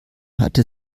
hatte